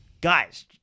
Guys